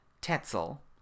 Tetzel